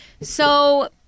So-